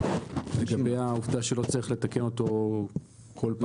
לגבי העובדה שלא צריך לתקן אותו כל פעם